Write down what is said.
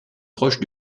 proche